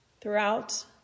Throughout